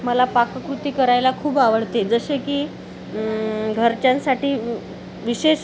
मला पाककृती करायला खूप आवडते जसे की घरच्यांसाठी विशेष